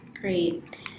Great